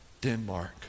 Denmark